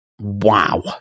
wow